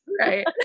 right